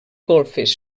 golfes